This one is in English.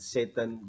Satan